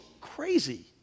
crazy